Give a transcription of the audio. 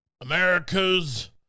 America's